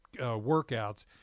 workouts